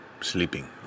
sleeping